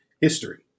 history